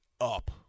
up